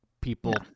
people